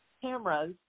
cameras